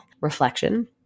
reflection